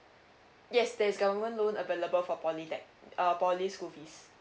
yes there's government loan available for polytech~ uh poly school fees